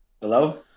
hello